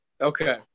Okay